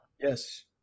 Yes